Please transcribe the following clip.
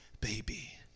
baby